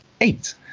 eight